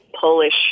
Polish